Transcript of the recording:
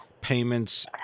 payments